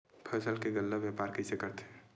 फसल के गल्ला व्यापार कइसे करथे?